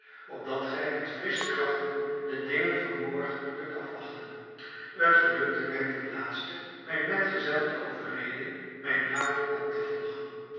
opdat gij met frissche krachten de dingen van morgen kunt afwachten het gelukte mij ten laatste mijn metgezel te overreden mijn raad op te volgen